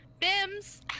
bims